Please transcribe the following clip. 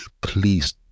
Please